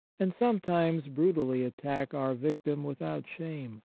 and sometimes brutally attack our victim without shame.